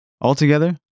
Altogether